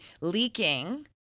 leaking